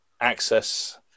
access